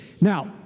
Now